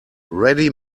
ready